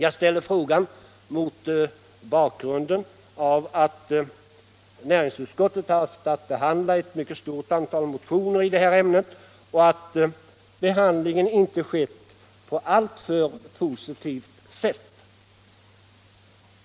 Jag ställer frågan mot bakgrund av att näringsutskottet haft att behandla ett stort antal motioner i detta ämne och att behandlingen inte skett på alltför positivt sätt.